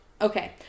okay